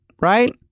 right